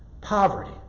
poverty